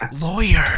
Lawyer